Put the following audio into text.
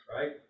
right